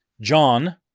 John